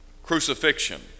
Crucifixion